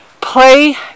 play